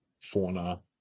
Fauna